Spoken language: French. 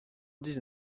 dix